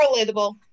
relatable